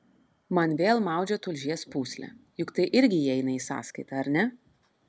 man vėl maudžia tulžies pūslę juk tai irgi įeina į sąskaitą ar ne